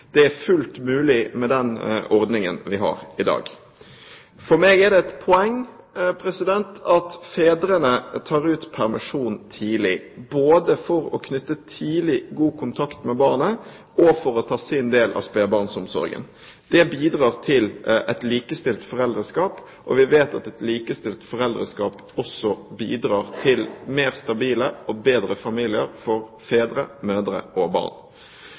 Det er fullt mulig med den ordningen vi har i dag. For meg er det et poeng at fedrene tar ut permisjon tidlig, både for å knytte tidlig god kontakt med barnet og for å ta sin del av spedbarnsomsorgen. Dette bidrar til et likestilt foreldreskap. Vi vet at et likestilt foreldreskap også bidrar til mer stabile og bedre familier for fedre, mødre og barn.